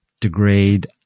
degrade